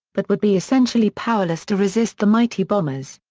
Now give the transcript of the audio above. but would be essentially powerless to resist the mighty bombers.